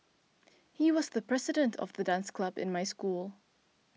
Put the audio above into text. he was the president of the dance club in my school